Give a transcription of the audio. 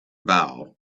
bow